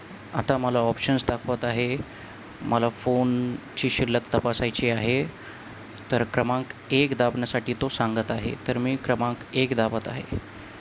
आता मला ऑप्शन्स दाखवत आहे मला फोनची शिल्लक तपासायची आहे तर क्रमांक एक दाबण्यासाठी तो सांगत आहे तर मी क्रमांक एक दाबत आहे